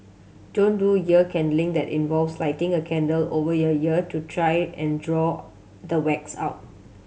don't do ear candling that involves lighting a candle over your ear to try and draw the wax out